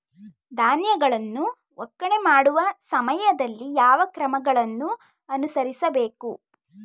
ಧಾನ್ಯಗಳನ್ನು ಒಕ್ಕಣೆ ಮಾಡುವ ಸಮಯದಲ್ಲಿ ಯಾವ ಕ್ರಮಗಳನ್ನು ಅನುಸರಿಸಬೇಕು?